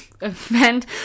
event